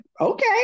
okay